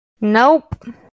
Nope